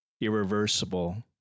irreversible